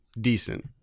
decent